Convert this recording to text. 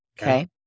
Okay